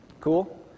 Cool